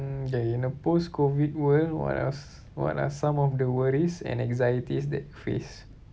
mm ya in a post COVID world what are s~ what are some of the worries and anxieties that you face